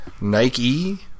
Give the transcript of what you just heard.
Nike